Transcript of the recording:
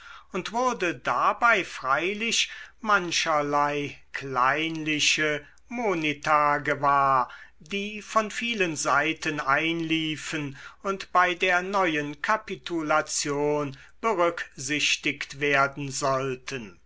und wurde dabei freilich mancherlei kleinliche monita gewahr die von vielen seiten einliefen und bei der neuen kapitulation berücksichtigt werden sollten